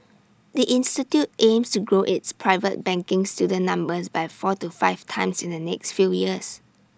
the institute aims to grow its private banking student numbers by four to five times in the next few years